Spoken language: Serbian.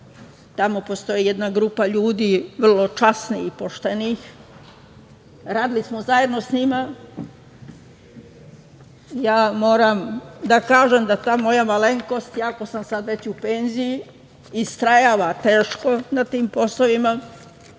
tamo postoji jedna grupa ljudi vrlo časnih i poštenih, radili smo zajedno sa njima. Ja moram da kažem da ta moja malenkost, iako sam sad već i u penziji istrajavate teško na tim poslovima,